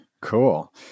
Cool